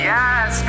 Yes